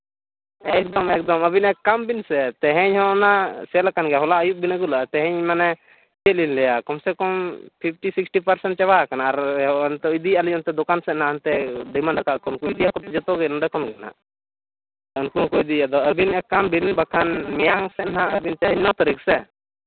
ᱮᱠᱫᱚᱢ ᱮᱠᱫᱚᱢ ᱟᱹᱵᱤᱱ ᱮᱠ ᱠᱟᱢ ᱵᱤᱱ ᱥᱮ ᱛᱮᱦᱮᱧ ᱦᱚᱸ ᱚᱱᱟ ᱪᱮᱫᱞᱮᱠᱟ ᱦᱚᱞᱟ ᱟᱹᱭᱩᱵ ᱵᱤᱱ ᱟᱹᱜᱩ ᱞᱮᱜᱼᱟ ᱛᱮᱦᱮᱧ ᱢᱟᱱᱮ ᱪᱮᱫ ᱞᱤᱧ ᱞᱟᱹᱭᱟ ᱠᱚᱢ ᱥᱮ ᱠᱚᱢ ᱯᱷᱤᱯᱴᱤ ᱥᱤᱠᱥᱴᱤ ᱯᱟᱨᱥᱮᱱ ᱪᱟᱵᱟ ᱦᱟᱠᱟᱱᱟ ᱟᱨ ᱦᱚᱸᱜᱼᱚᱭ ᱤᱫᱤᱭᱮᱜᱼᱟ ᱞᱤᱧ ᱦᱟᱸᱜ ᱚᱱᱛᱮ ᱤᱫᱤᱭᱟᱠᱚ ᱡᱚᱛᱚ ᱜᱮ ᱱᱚᱸᱰᱮ ᱠᱷᱚᱱ ᱜᱮ ᱱᱟᱜ ᱩᱱᱠᱩ ᱦᱚᱸᱠᱚ ᱤᱫᱤᱭᱟ ᱟᱹᱵᱤᱱ ᱮᱠ ᱠᱟᱢ ᱵᱤᱱ ᱵᱟᱠᱷᱟᱱ ᱢᱮᱭᱟᱝ ᱥᱮ ᱱᱟᱜ ᱵᱟᱠᱷᱟᱱ ᱛᱮᱦᱮᱧ ᱱᱚ ᱛᱟᱹᱨᱤᱠᱷ ᱥᱮ